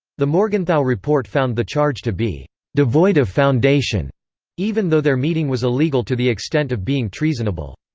the morgenthau report found the charge to be devoid of foundation even though their meeting was illegal to the extent of being treasonable.